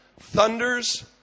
thunders